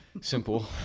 Simple